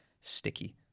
sticky